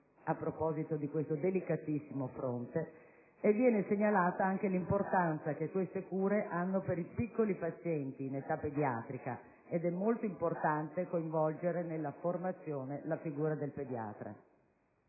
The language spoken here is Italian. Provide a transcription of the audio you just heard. a proposito di questo delicatissimo fronte. Viene segnalata anche l'importanza che queste cure hanno per i piccoli pazienti in età pediatrica: è molto importante coinvolgere nella formazione la figura del pediatra.